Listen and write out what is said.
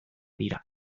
dira